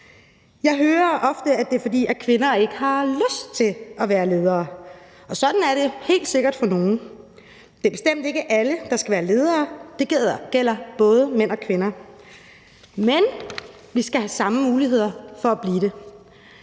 Jeg hører ofte, at det er, fordi kvinder ikke har lyst til at være ledere, og sådan er det helt sikkert for nogle. Det er bestemt ikke alle, der skal være ledere – det gælder både mænd og kvinder – men vi skal have samme muligheder for at blive det.